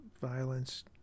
violence